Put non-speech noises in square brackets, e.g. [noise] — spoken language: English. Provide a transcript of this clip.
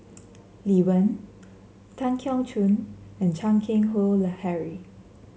Lee Wen Tan Keong Choon and Chan Keng Howe [unintelligible] Harry